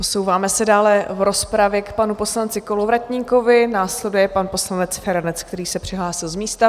Posouváme se dále v rozpravě k panu poslanci Kolovratníkovi, následuje pan poslanec Feranec, který se přihlásil z místa.